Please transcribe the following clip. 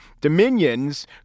Dominions